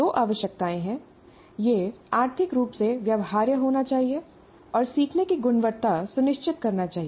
दो आवश्यकताएं हैं यह आर्थिक रूप से व्यवहार्य होना चाहिए और सीखने की गुणवत्ता सुनिश्चित करना चाहिए